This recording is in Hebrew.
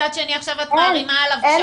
מצד שני עכשיו את מערימה קשיים?